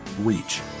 reach